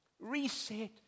Reset